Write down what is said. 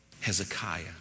Hezekiah